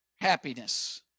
happiness